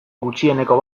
gutxieneko